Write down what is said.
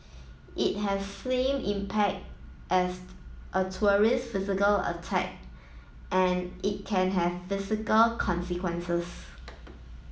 it has same impact as a terrorist physical attack and it can have physical consequences